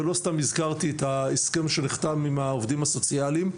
ולא סתם הזכרתי את ההסכם שנחתם עם העובדים הסוציאליים.